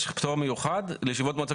יש פטור מיוחד לישיבות מועצה,